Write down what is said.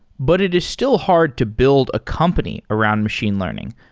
but it is still hard to build a company around machine learning,